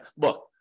look